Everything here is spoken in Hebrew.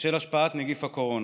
בשל השפעת נגיף הקורונה.